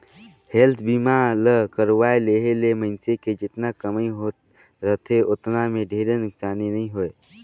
health बीमा ल करवाये लेहे ले मइनसे के जेतना कमई होत रथे ओतना मे ढेरे नुकसानी नइ होय